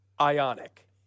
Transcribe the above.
Ionic